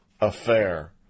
affair